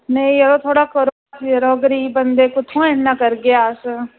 नेईं जरो थोह्ड़ा करो जरो गरीब बंदे कुत्थु'आं इ'न्ना करगे अस